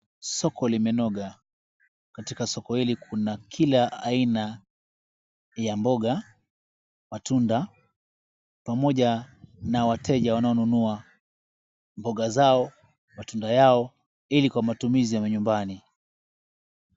Soko limenoga, katika soko hili kuna kila aina ya mboga, matunda, pamoja na wateja wanaonunua mboga zao, matunda yao, ili kwa matumizi ya manyumbani.